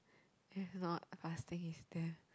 we have not fasting is damn